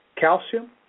calcium